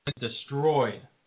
Destroyed